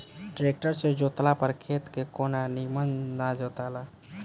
tractor से जोतला पर खेत के कोना निमन ना जोताला